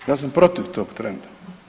Ja sam protiv tog trenda.